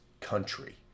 country